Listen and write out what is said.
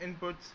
inputs